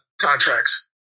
contracts